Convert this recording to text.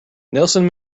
nelson